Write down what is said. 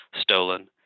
stolen